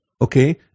okay